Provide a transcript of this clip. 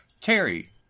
Terry